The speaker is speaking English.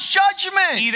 judgment